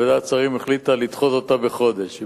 ועדת שרים החליטה לדחות אותה בחודש.